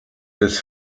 des